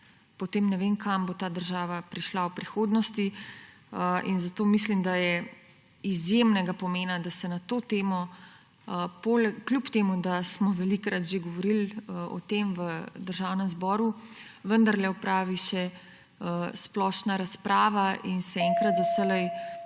potem ne vem, kam bo ta država prišla v prihodnosti. Zato mislim, da je izjemnega pomena, da se na to temo, kljub temu da smo velikokrat že govorili o tem v Državnem zboru, vendarle opravi še splošna razprava in se enkrat za vselej